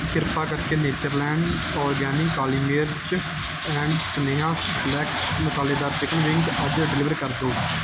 ਕਿਰਪਾ ਕਰਕੇ Natureland Organics ਕਾਲੀ ਮਿਰਚ ਅਤੇ ਸਨੇਹਾ ਸਿਲੈਕਟ ਮਸਾਲੇਦਾਰ ਚਿਕਨ ਵਿੰਗ ਅੱਜ ਡਿਲੀਵਰ ਕਰ ਦਿਓ